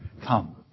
come